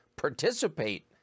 participate